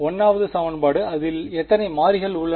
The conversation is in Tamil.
1 வது சமன்பாடு அதில் எத்தனை மாறிகள் உள்ளன